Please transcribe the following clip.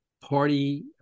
party